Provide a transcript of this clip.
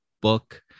book